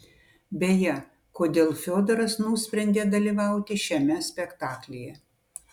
beje kodėl fiodoras nusprendė dalyvauti šiame spektaklyje